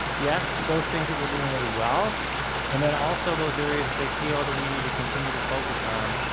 yes, those things that we're doing really well and then also those areas they feel that we need to continue to focus on,